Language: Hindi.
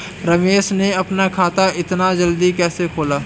रमेश ने अपना खाता इतना जल्दी कैसे खोला?